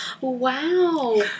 wow